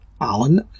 Alan